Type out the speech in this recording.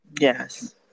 yes